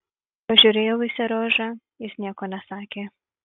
pažiūrėjau į seriožą jis nieko nesakė